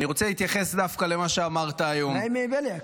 מה עם בליאק?